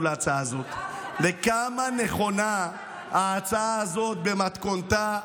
להצעה הזאת וכמה נכונה ההצעה הזאת במתכונתה הנוכחית.